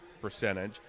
percentage